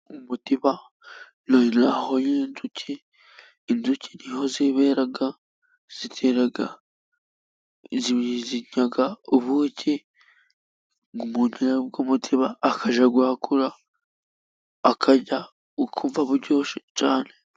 Umutiba ni intaho y'inzuki, inzuki niho zibera zitera, zirya ubuki umuntu akajya mu mutiba ,akajya guhakura akajya ukumva bu buryoshye cyane.